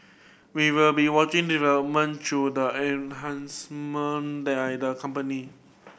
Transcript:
we will be watching development through the by the company